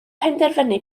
penderfynu